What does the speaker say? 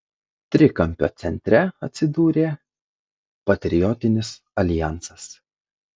trikampio centre atsidūrė patriotinis aljansas